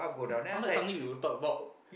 some time something we will talk about